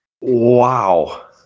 Wow